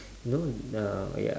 you know the ya